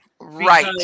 Right